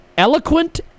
Eloquent